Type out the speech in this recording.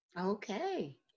Okay